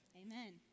Amen